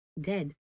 Dead